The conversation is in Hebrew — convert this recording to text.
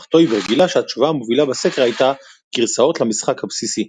אך טויבר גילה שהתשובה המובילה בסקר הייתה "גרסאות למשחק הבסיסי".